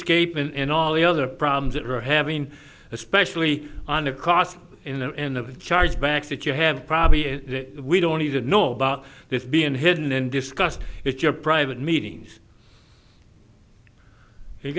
scape and all the other problems that we're having especially on a cost in the end of charge backs that you have probably we don't even know about this being hidden and discussed if your private meetings